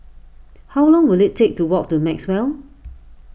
how long will it take to walk to Maxwell